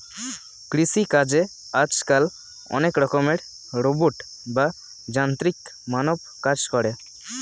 কৃষি চাষে আজকাল অনেক রকমের রোবট বা যান্ত্রিক মানব কাজ করে